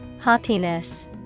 Haughtiness